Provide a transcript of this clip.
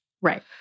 Right